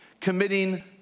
committing